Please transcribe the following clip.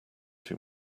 too